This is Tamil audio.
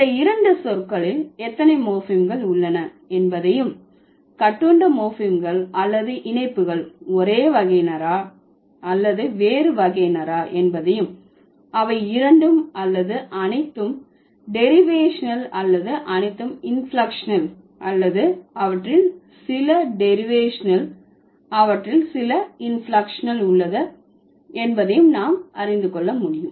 இந்த இரண்டு சொற்களில் எத்தனை மோர்ஃபிம்கள் உள்ளன என்பதையும் கட்டுண்ட மோர்ஃபிம்கள் அல்லது இணைப்புகள் ஒரே வகையினரா அல்லது வேறு வகையினரா என்பதையும் அவை இரண்டும் அல்லது அனைத்தும் டெரிவேஷனல் அல்லது அனைத்தும் இன்பிளெக்க்ஷனல் அல்லது அவற்றில் சில சில டெரிவேஷனல் அவற்றில் சில இன்பிளெக்க்ஷனல் உள்ளன என்பதையும் நாம் அறிந்து கொள்ள முடியும்